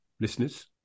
listeners